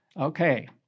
okay